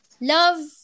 love